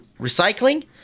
recycling